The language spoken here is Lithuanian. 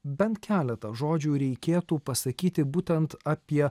bent keletą žodžių reikėtų pasakyti būtent apie